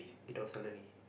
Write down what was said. without salary